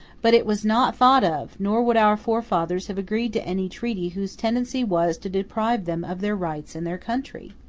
but it was not thought of, nor would our forefathers have agreed to any treaty whose tendency was to deprive them of their rights and their country.